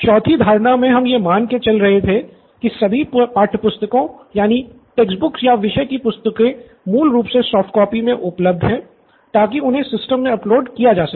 चौथी धारणा मे हम यह मान के चल रहे थे की सभी पाठ्यपुस्तकों या विषय की पुस्तकें मूल रूप से सॉफ्ट कॉपी के रूप में उपलब्ध हैं ताकि उन्हें सिस्टम में अपलोड किया जा सके